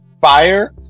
fire